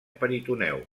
peritoneu